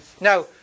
Now